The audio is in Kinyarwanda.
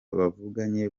bavuganye